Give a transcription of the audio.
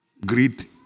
Greed